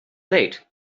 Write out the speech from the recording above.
late